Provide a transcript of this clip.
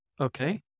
Okay